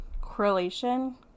correlation